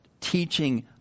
teaching